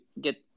get